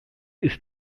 ist